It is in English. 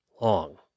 long